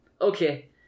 Okay